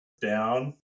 down